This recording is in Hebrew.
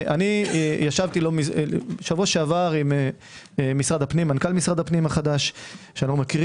ישבתי שבוע שעבר עם מנכ"ל משרד הפנים החדש שאנו מכירים